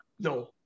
No